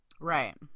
Right